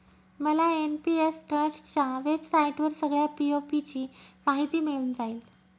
मला एन.पी.एस ट्रस्टच्या वेबसाईटवर सगळ्या पी.ओ.पी ची माहिती मिळून जाईल